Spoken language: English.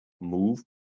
move